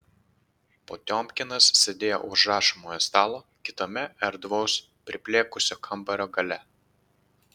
potiomkinas sėdėjo už rašomojo stalo kitame erdvaus priplėkusio kambario gale